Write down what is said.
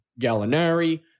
Gallinari